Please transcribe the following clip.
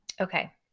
Okay